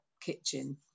kitchen